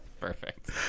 Perfect